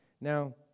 Now